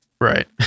Right